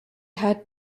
had